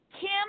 Kim